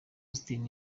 austin